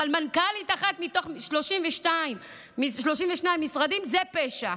אבל מנכ"לית אחת מתוך 32 משרדים זה פשע,